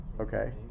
okay